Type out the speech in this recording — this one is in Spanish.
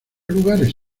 lugares